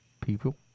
People